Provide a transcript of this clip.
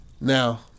Now